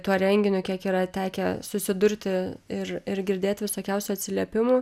tuo renginiu kiek yra tekę susidurti ir ir girdėt visokiausių atsiliepimų